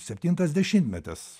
septintas dešimtmetis